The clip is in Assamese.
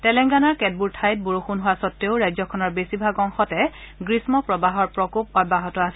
তেলেংগানাৰ কেতবোৰ ঠাইত বৰষুণ হোৱা সত্তেও ৰাজ্যখনৰ বেছিভাগ অংশতে গ্ৰীম্ম প্ৰৱাহৰ প্ৰকোপ অব্যাহত আছে